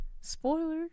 Spoiler